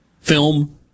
film